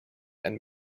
and